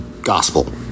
Gospel